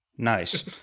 Nice